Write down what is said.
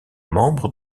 membre